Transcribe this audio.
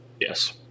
Yes